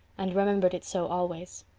and remembered it so always.